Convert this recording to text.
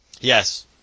Yes